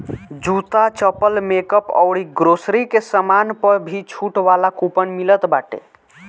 जूता, चप्पल, मेकअप अउरी ग्रोसरी के सामान पअ भी छुट वाला कूपन मिलत बाटे